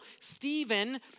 Stephen